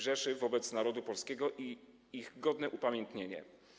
Rzeszy wobec narodu polskiego i ich godne upamiętnienie.